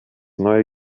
neue